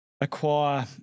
acquire